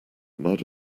mud